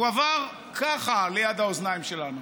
הוא עבר ככה, ליד האוזניים שלנו.